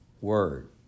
word